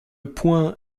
point